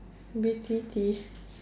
B_T_T